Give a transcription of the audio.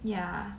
yeah